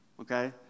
okay